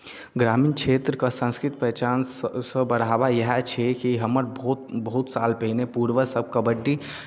ग्रामीण क्षेत्रके संस्कृति पहचानसँ सँ बढ़ावा इएह छै कि हमर बहुत बहुत साल पहिने पूर्वजसभ कबड्डी